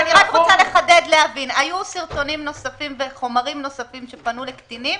היו סרטונים נוספים וחומרים נוספים שפנו לקטינים,